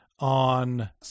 On